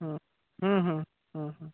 হুম হুম হুম হুম হুম